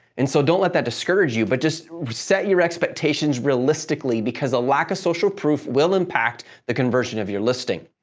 and so, don't let that discourage you, but just set your expectations realistically, because a lack of social proof will impact the conversion of your listing.